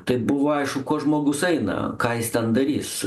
tai buvo aišku ko žmogus eina ką jis ten darys